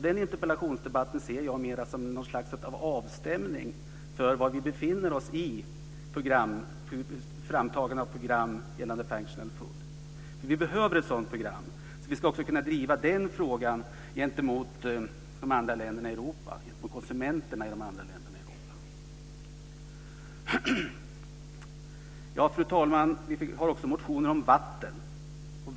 Den interpellationsdebatten ser jag mer som något slags avstämning av var vi befinner oss i framtagandet av program gällande functional food. Vi behöver ett sådant program. Vi ska också kunna driva den frågan gentemot de andra länderna i Europa och för konsumenterna i de andra länderna i Europa. Fru talman! Vi har också motioner om vatten.